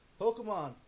Pokemon